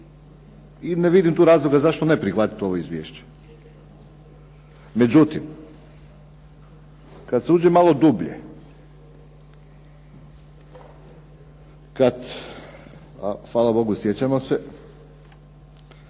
i ne vidim tu razloga zašto ne prihvatiti ovo izvješće. Međutim, kada se uđe malo dublje, kada, a hvala Bogu sjećamo se,